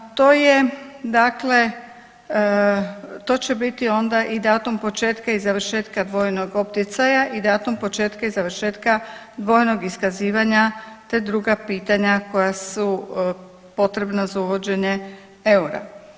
To je dakle, to će biti onda i datum početka i završetka dvojnog opticaja i datum početka i završetka dvojnog iskazivanja te druga pitanja koja su potrebna za uvođenje eura.